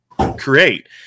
create